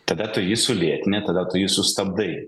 tada tu jį sulėtini tada tu jį sustabdai